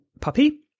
puppy